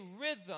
rhythm